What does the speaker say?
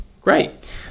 Great